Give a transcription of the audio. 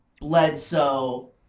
Bledsoe